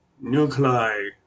nuclei